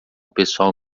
pessoal